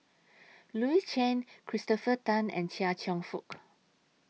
Louis Chen Christopher Tan and Chia Cheong Fook